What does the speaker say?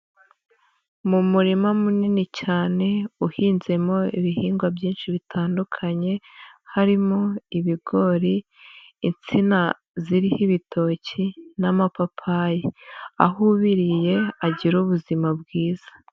Mu murima munini cyane, uhinzemo ibihingwa byinshi bitandukanye, harimo ibigori, insina ziriho ibitoki n'amapapayi, aho ubiriye, agira ubuzima bwiza.